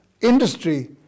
industry